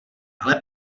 ale